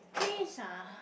place ah